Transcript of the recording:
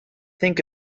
think